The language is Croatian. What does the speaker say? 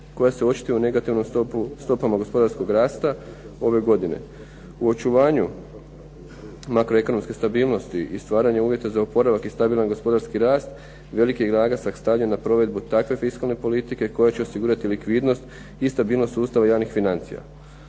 koja se očituje u negativnim stopama gospodarskog rasta ove godine. U očuvanju makroekonomske stabilnosti i stvaranje uvjeta za oporavak i stabilan gospodarski rast, veliki naglasak stavlja na provedbu takve fiskalne politike koja će osigurati likvidnost i stabilnost sustava javnih financija.